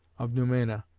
of noumena,